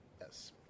Yes